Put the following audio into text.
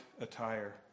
attire